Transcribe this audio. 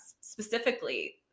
specifically